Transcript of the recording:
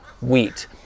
wheat